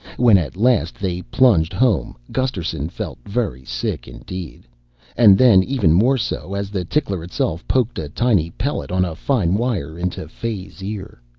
when at last they plunged home gusterson felt very sick indeed and then even more so, as the tickler itself poked a tiny pellet on a fine wire into fay's ear.